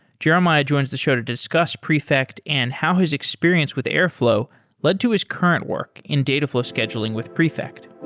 jeremiah joins the show to discuss prefect and how his experience with airflow led to his current work in dataflow scheduling with prefect